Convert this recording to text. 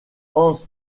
hans